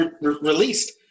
released